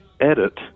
edit